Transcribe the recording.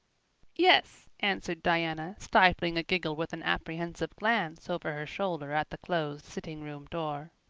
yes, answered diana, stifling a giggle with an apprehensive glance over her shoulder at the closed sitting-room door.